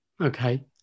Okay